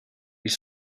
ils